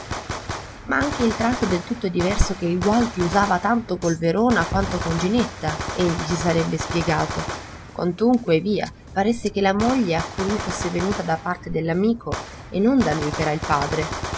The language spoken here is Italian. ma anche il tratto del tutto diverso che il gualdi usava tanto col verona quanto con ginetta egli si sarebbe spiegato quantunque via paresse che la moglie a colui fosse venuta da parte dell'amico e non da lui ch'era il padre